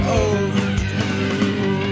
overdue